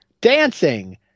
Dancing